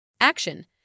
Action